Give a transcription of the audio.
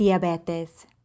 diabetes